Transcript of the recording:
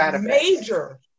major